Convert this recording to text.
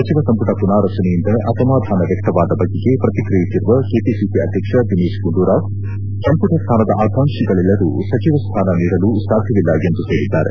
ಸಚಿವ ಸಂಮಟ ಮನಾರಚನೆಯಿಂದ ಅಸಮಾಧಾನ ವ್ಯಕ್ತವಾದ ಬಗೆಗೆ ಪ್ರತಿಕ್ರಿಯಿಸಿರುವ ಕೆಪಿಸಿಸಿ ಅಧ್ಯಕ್ಷ ದಿನೇಶ್ ಗುಂಡೂರಾವ್ ಸಂಪುಟ ಸ್ಮಾನದ ಆಕಾಂಕ್ಷಿಗಳೆಲ್ಲರಿಗೂ ಸಚಿವ ಸ್ಮಾನ ನೀಡಲು ಸಾಧ್ಯವಿಲ್ಲ ಎಂದು ಹೇಳಿದ್ದಾರೆ